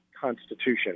Constitution